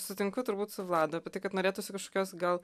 sutinku turbūt su vladu apie tai kad norėtųsi kažkokios gal